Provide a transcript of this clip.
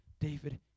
David